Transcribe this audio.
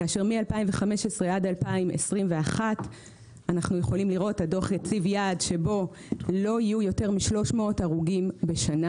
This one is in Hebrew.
כאשר מ-2015 עד 2021 הדוח הציב יעד שבו לא יהיו יותר מ-300 הרוגים בשנה.